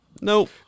Nope